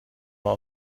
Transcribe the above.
mehr